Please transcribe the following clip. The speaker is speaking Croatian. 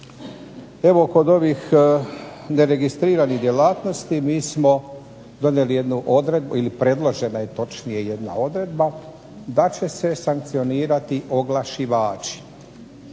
Evo kod ovih neregistriranih djelatnosti mi smo donijeli jednu odredbu ili predložena je točnije jedna odredba, da će se sankcionirati oglašivači.